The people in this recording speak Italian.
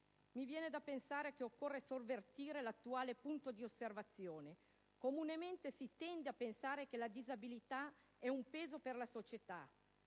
Mi viene da pensare che occorra sovvertire l'attuale punto di osservazione: comunemente si tende a pensare che la disabilità sia un peso per la società;